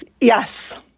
yes